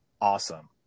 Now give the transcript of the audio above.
awesome